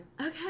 Okay